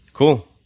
Cool